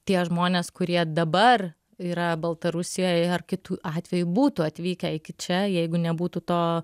tie žmonės kurie dabar yra baltarusijoje ar kitu atveju būtų atvykę iki čia jeigu nebūtų to